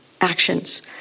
actions